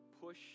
push